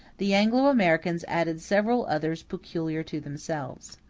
the anglo-americans added several others peculiar to themselves.